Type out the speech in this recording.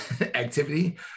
activity